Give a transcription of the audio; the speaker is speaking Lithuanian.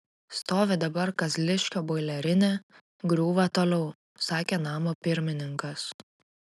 stovi dabar kazliškio boilerinė griūva toliau sakė namo pirmininkas